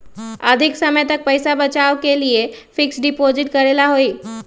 अधिक समय तक पईसा बचाव के लिए फिक्स डिपॉजिट करेला होयई?